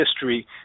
history